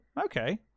okay